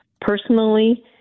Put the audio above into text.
Personally